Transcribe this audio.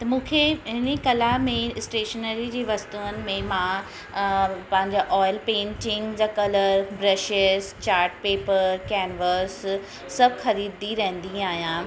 त मूंखे हिन कला में स्टेशनरी जी वस्तुअनि में मां पंहिंजा ऑइल पेंटिंग जा colour brushes chart paper canvas सभु ख़रीददी रहंदी आहियां